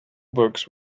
books